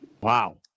wow